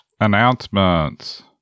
announcements